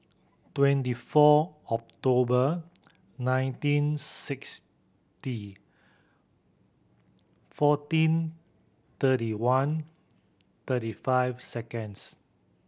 twenty four October nineteen sixty fourteen thirty one thirty five seconds